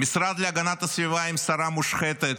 המשרד להגנת הסביבה עם שרה מושחתת,